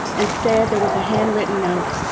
instead, there was a handwritten note.